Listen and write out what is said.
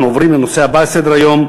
אנחנו עוברים לנושא הבא על סדר-היום: